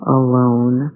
alone